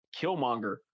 killmonger